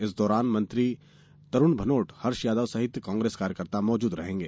इस दौरान मंत्र तरूण भानोट हर्ष यादव सहित कांग्रेस कार्यकर्ता मौजूद रहेंगे